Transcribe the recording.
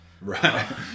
right